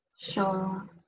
sure